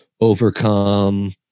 overcome